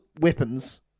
weapons